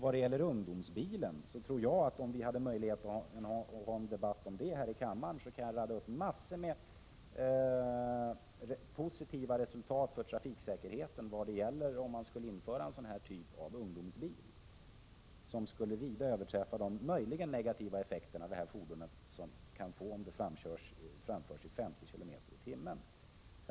Beträffande ungdomsbilen tror jag att om vi hade en möjlighet att ha en debatt om den här i kammaren skulle jag kunna räkna upp en mängd positiva resultat när det gäller trafiksäkerheten om man införde denna typ av ungdomsbil. Dessa resultat skulle vida överträffa de möjligen negativa effekter som detta fordon skulle få om de framförs med 50 km/tim.